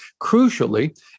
Crucially